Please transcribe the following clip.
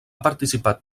participat